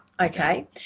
okay